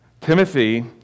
Timothy